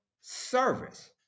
service